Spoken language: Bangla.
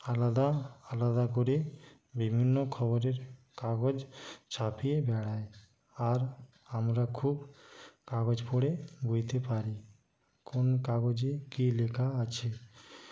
আলাদা আলাদা করে বিভিন্ন খবরের কাগজ ছাপিয়ে বেড়ায় আর আমরা খুব কাগজ পড়ে বুঝতে পারি কোন কাগজে কী লেখা আছে